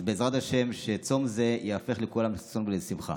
אז בעזרת השם, שצום זה ייהפך לכולם לששון ולשמחה.